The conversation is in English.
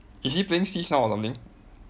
is he playing switch now or something